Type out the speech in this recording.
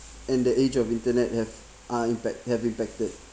and the age of internet have uh impact have impacted